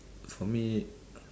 for me